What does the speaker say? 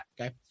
Okay